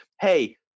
Hey